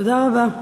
תודה רבה.